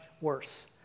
worse